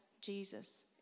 Jesus